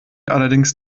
allerdings